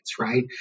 right